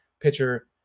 pitcher